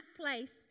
place